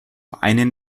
einen